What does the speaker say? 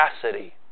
capacity